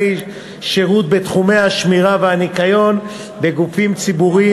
שירות בתחומי השמירה והניקיון בגופים ציבוריים,